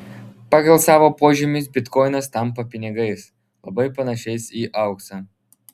pagal savo požymius bitkoinas tampa pinigais labai panašiais į auksą